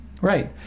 Right